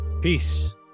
Peace